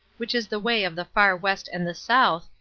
which is the way of the far west and the south,